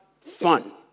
fun